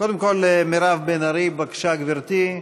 קודם כול, מירב בן ארי, בבקשה, גברתי.